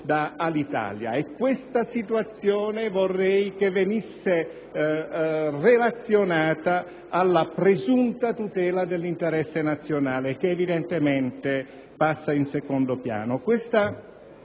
Questa situazione vorrei che venisse relazionata alla presunta tutela dell'interesse nazionale, che evidentemente passa in secondo piano.